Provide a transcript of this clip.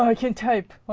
um can't type